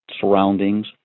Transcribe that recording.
surroundings